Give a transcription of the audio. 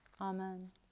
Amen